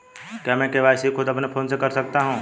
क्या मैं के.वाई.सी खुद अपने फोन से कर सकता हूँ?